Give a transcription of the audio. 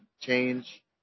change